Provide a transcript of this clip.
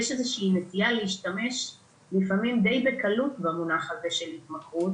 יש איזו שהיא נטייה להשתמש לפעמים די בקלות במונח הזה של התמכרות